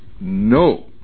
no